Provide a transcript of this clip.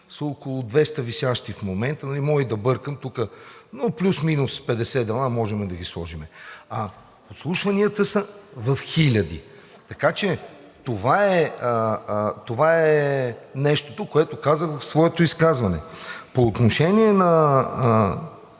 са около 200 висящи в момента, но мога и да бъркам тук, но плюс минус 50 дела можем да ги сложим. А подслушванията са в хиляди, така че това е нещото, което казах в своето изказване. По отношение на